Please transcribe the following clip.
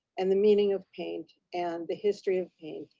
and the meaning of paint, and the history of paint.